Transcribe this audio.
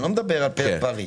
אני מדבר על התעשייה האווירית.